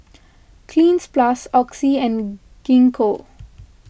Cleanz Plus Oxy and Gingko